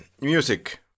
Music